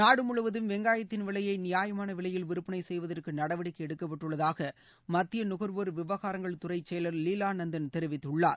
நாடு முழுவதும் வெங்காயத்தின் விலையை நியாயமான விலையில் விற்பனை செய்வதற்கு நடவடிக்கை எடுக்கப்பட்டுள்ளதாக மத்திய நுகர்வோர் விவகாரங்கள் துறை செயலர் லீவா நந்தன் தெரிவித்துள்ளார்